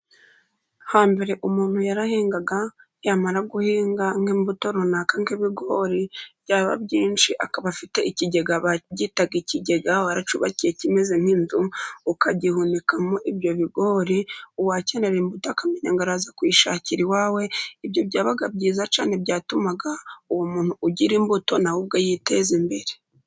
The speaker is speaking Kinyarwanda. Hambere umuntu yarahingaga, yamara guhinga nk'imbuto runaka nk'ibigori byaba byinshi akaba afite ikigega, bakitaga ikigega waracyubakiye kimeze, nk'inzu ukayihunikamo ibyo bigori, uwakenera imbuto akamenya ngo araza kuyishakira iwawe, byabaga byiza cyane byatumaga uwo muntu ugira imbuto nawe we ubwe yiteza imbere.